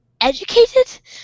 educated